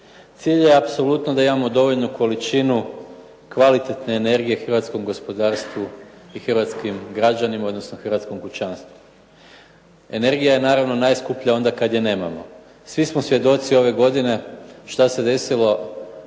Cilj je apsolutno da imamo dovoljnu količinu kvalitetne energije hrvatskom gospodarstvu i hrvatskim građanima, odnosno hrvatskom pučanstvu. Energija je naravno najskuplja onda kad je nemamo. Svi smo svjedoci ove godine šta se desilo